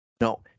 No